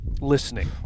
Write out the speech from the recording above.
listening